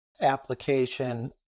application